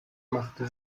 machte